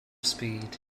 speed